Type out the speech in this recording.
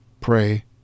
pray